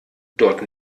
dort